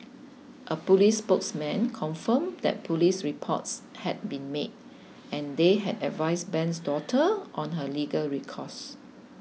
a police spokesman confirmed that police reports had been made and they had advised Ben's daughter on her legal recourse